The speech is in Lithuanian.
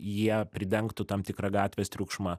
jie pridengtų tam tikrą gatvės triukšmą